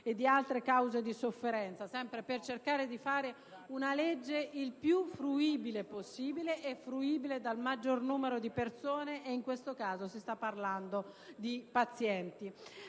di altre cause di sofferenza, sempre per cercare di approvare una legge il più fruibile possibile, fruibile dal maggior numero di persone. Ed in questo caso si sta parlando di pazienti.